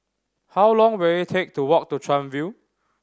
how long will it take to walk to Chuan View